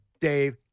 Dave